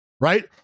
right